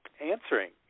answering